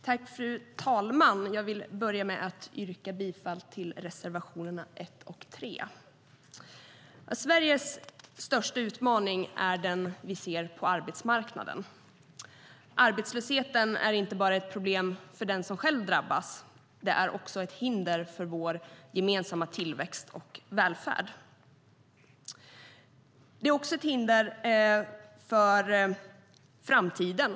Fru talman! Jag vill börja med att yrka bifall till reservationerna 1 och 3.Sveriges största utmaning är den vi ser på arbetsmarknaden. Arbetslösheten är inte bara ett problem för den som själv drabbas. Den är ett hinder för vår gemensamma tillväxt och välfärd. Den är också ett hinder för framtiden.